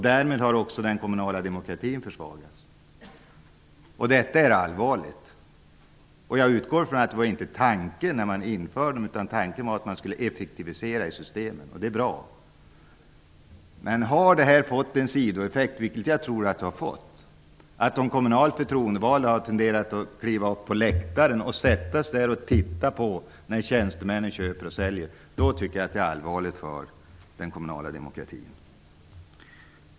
Därmed har också den kommunala demokratin försvagats, och detta är allvarligt. Jag utgår ifrån att det inte var tanken när man införde de här systemen, utan tanken var att man skulle effektivisera, och det är bra. Men har det fått som en sidoeffekt, vilket jag tror att det har fått, att de kommunalt förtroendevalda har klivit upp på läktaren för att sätta sig där och titta på när tjänstemännen köper och säljer, då tycker jag att det är allvarligt för den kommunala demokratin.